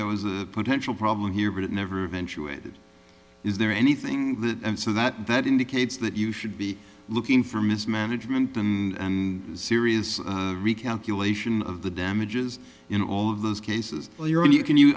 there was a potential problem here but it never eventually it is there anything that and so that that indicates that you should be looking for mismanagement and and serious recalculation of the damages in all of those cases or you